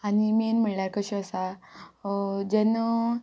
आनी मेन म्हळ्ळ्यार कशें आसा जेन्ना